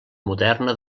moderna